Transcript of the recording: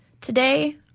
today